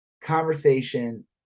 conversation